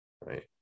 Right